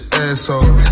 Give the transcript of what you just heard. asshole